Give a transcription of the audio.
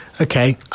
Okay